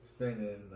spending